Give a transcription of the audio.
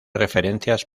referencias